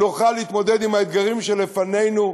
נוכל להתמודד עם האתגרים שלפנינו,